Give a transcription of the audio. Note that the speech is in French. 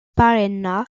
paraná